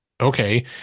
Okay